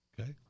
okay